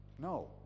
No